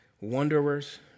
wanderers